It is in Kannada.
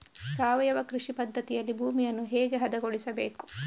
ಸಾವಯವ ಕೃಷಿ ಪದ್ಧತಿಯಲ್ಲಿ ಭೂಮಿಯನ್ನು ಹೇಗೆ ಹದಗೊಳಿಸಬೇಕು?